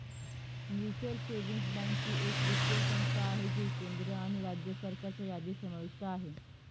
mutual savings bank ही एक वित्तीय संस्था आहे जी केंद्र आणि राज्य सरकारच्या यादीत समाविष्ट आहे